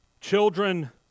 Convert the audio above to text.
children